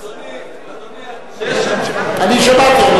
אדוני, אדוני, כשיש, אני שמעתי.